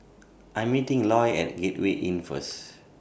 I Am meeting Eloy At Gateway Inn First